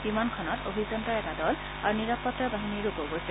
বিমানখনত অভিযন্তাৰ এটা দল আৰু নিৰাপত্তা বাহিনীৰ লোকও গৈছে